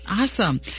Awesome